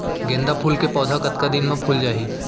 गेंदा फूल के पौधा कतका दिन मा फुल जाही?